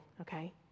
okay